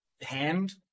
hand